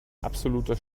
absoluter